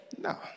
No